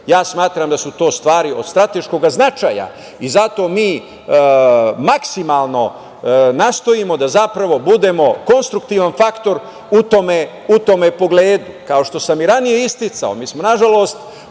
smatram da su to stvari od strateškog značaja i zato mi maksimalno nastojimo da zapravo budemo konstruktivan faktor u tom pogledu, kao što sam i ranije isticao, mi smo na žalost